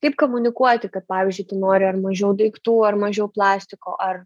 kaip komunikuoti kad pavyzdžiui tu nori ar mažiau daiktų ar mažiau plastiko ar